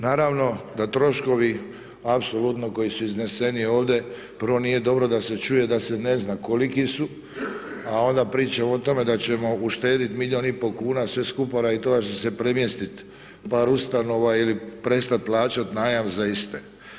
Naravno da troškovi apsolutno koji su izneseni ovdje, prvo nije dobro da se čuje da se ne zna koliki su, a onda pričamo o tome da ćemo uštedjeti milijun i pol kuna sve skupa zbog toga što će se premjestiti par ustanova ili prestati plaćati najam za iste.